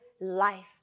life